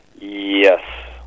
Yes